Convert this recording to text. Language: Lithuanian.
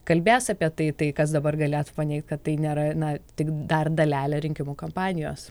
kalbės apie tai tai kas dabar galėtų paneigt kad tai nėra na tik dar dalelė rinkimų kampanijos